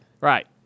right